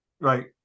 Right